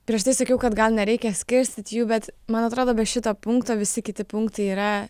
prieš tai sakiau kad gal nereikia skirstyt jų bet man atrodo be šito punkto visi kiti punktai yra